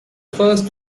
first